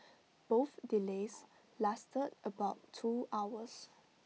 both delays lasted about two hours